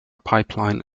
pipeline